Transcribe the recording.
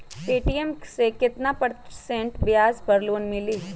Paytm मे केतना percent ब्याज पर लोन मिली?